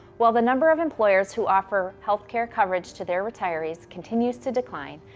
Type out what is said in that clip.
while the number of employers who offer healthcare coverage to their retirees continues to decline,